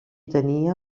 tenia